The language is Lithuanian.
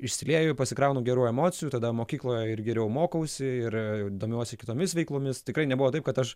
išsilieju pasikraunu gerų emocijų tada mokykloje ir geriau mokausi ir domiuosi kitomis veiklomis tikrai nebuvo taip kad aš